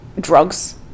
drugs